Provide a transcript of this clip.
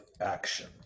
action